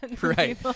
Right